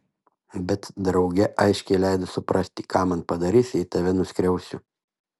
bet drauge aiškiai leido suprasti ką man padarys jei tave nuskriausiu